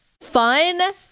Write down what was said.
fun